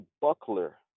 buckler